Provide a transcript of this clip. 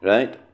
Right